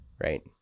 right